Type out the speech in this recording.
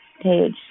page